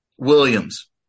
Williams